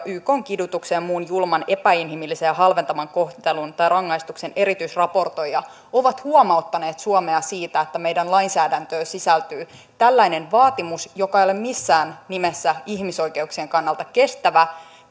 ykn kidutuksen ja muun julman epäinhimillisen ja halventavan kohtelun tai rangaistuksen erityisraportoija ovat huomauttaneet suomea siitä että meidän lainsäädäntöömme sisältyy tällainen vaatimus joka ei ole missään nimessä ihmisoikeuksien kannalta kestävä